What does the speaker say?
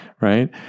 right